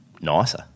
nicer